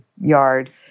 yard